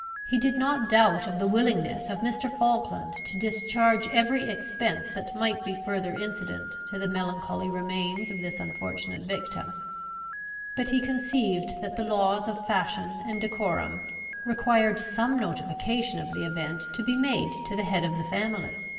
he did not doubt of the willingness of mr. falkland to discharge every expense that might be further incident to the melancholy remains of this unfortunate victim but he conceived that the laws of fashion and decorum required some notification of the event to be made to the head of the family.